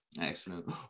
Excellent